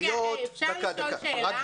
אפשר לשאול שאלה?